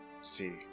see